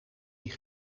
die